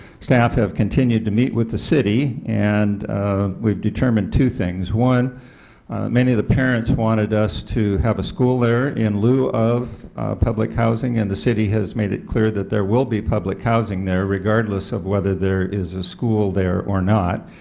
staff have continued to meet with the city, and we have determined two things one many of the parents wanted us to have a school there in lieu of public housing, and the city has made it clear that there will be public housing there regardless of whether there is a school there or not.